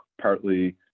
partly